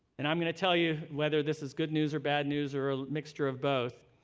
and i'm going to tell you whether this is good news or bad news or a mixture of both.